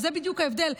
וזה בדיוק ההבדל.